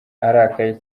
arakaye